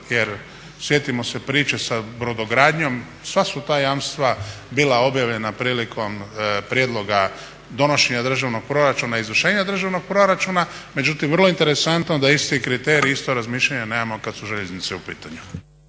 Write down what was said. jer sjetimo se priče sa brodogradnjom sva su ta jamstva bila objavljena prilikom prijedloga donošenja državnog proračuna i izvršenja državnog proračuna. Međutim, vrlo je interesantno da isti kriterij, isto razmišljanje nemamo kad su željeznice u pitanju.